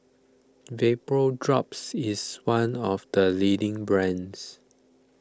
Vapodrops is one of the leading brands